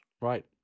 Right